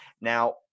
Now